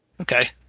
Okay